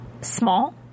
small